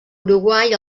uruguai